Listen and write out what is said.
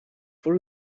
for